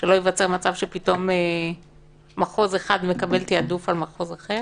שלא ייווצר מצב שפתאום מחוז אחד מקבל תעדוף על מחוז אחר.